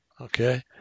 okay